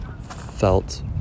felt